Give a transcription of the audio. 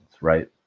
right